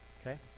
Okay